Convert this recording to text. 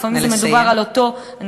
לפעמים גם מדובר על אותו, נא לסיים.